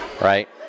right